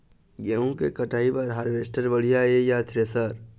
गेहूं के कटाई बर हारवेस्टर बढ़िया ये या थ्रेसर?